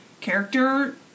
character